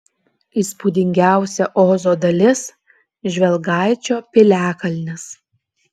įspūdingiausia ozo dalis žvelgaičio piliakalnis